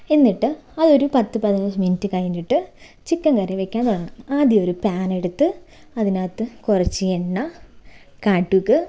എന്നിട്ട് അത് ഒരു പത്ത് പതിനഞ്ച് മിനിറ്റ് കഴിഞ്ഞിട്ട് ചിക്കൻ കറി വയ്ക്കാവുന്നതാണ് ആദ്യം ഒരു പാൻ എടുത്ത് അതിനകത്ത് കുറച്ച് എണ്ണ കടുക്